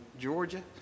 Georgia